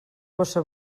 bossa